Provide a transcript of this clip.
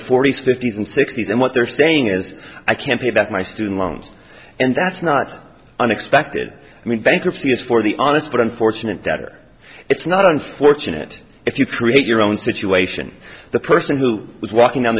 forty's fifty's and sixty's and what they're saying is i can't pay back my student loans and that's not unexpected i mean bankruptcy is for the honest but unfortunate death or it's not unfortunate if you create your own situation the person who was walking